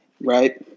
right